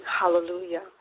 hallelujah